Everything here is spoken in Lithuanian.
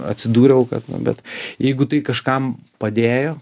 atsidūriau kad bet jeigu tai kažkam padėjo